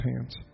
hands